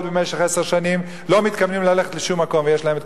במשך עשר שנים לא מתכוונים ללכת לשום מקום ויש להם כל